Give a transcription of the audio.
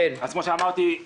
כפי שאמרתי,